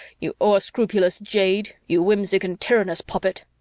you o'erscrupulous jade, you whimsic and tyrannous poppet!